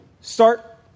start